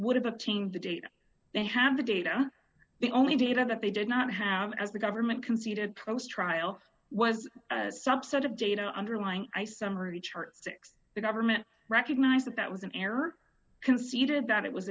would have a team to date they have the data the only data that they did not have as the government conceded protest trial was at subset of data underlying i summary charts fix the government recognize that that was an error conceded that it was